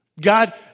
God